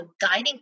guiding